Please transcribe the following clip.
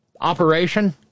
operation